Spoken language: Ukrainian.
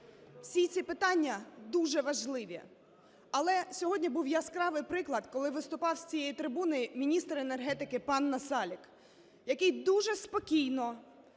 Всі ці питання дуже важливі. Але сьогодні був яскравий приклад, коли виступав з цієї трибуни міністр енергетики пан Насалик, який дуже спокійно